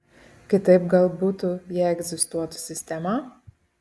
kitaip gal butų jei egzistuotų sistema